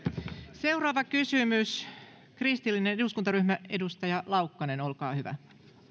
seuraava kysymys kristillisdemokraattinen eduskuntaryhmä edustaja laukkanen olkaa hyvä